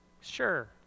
sure